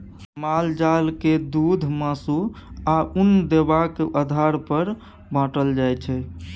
माल जाल के दुध, मासु, आ उन देबाक आधार पर बाँटल जाइ छै